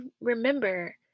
remember